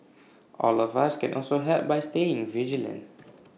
all of us can also help by staying vigilant